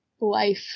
life